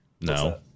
No